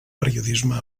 periodisme